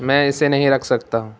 میں اسے نہیں رکھ سکتا ہوں